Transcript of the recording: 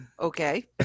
Okay